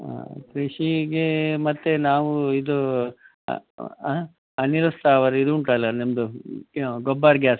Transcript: ಕೃಷಿಗೆ ಮತ್ತು ನಾವು ಇದು ಆಂ ಅನಿಲ ಸ್ಥಾವರ ಇದು ಉಂಟಲ್ಲ ನಿಮ್ಮದು ಏನು ಗೋಬರ್ ಗ್ಯಾಸ್